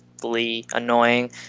Annoying